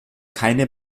keine